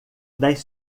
das